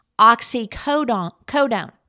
oxycodone